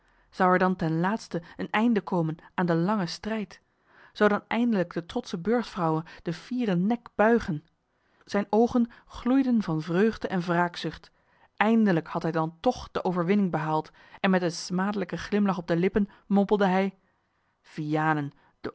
zou er dan ten laatste een einde komen aan den langen strijd zou dan eindelijk de trotsche burchtvrouwe den fieren nek buigen zijne oogen gloeiden van vreugde en wraakzucht eindelijk had hij dan toch de overwinning behaald en met een smadelijken glimlach op de lippen mompelde hij vianen